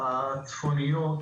הצפוניות